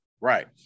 Right